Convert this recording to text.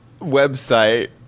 website